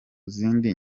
zindi